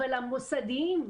אבל המוסדיים,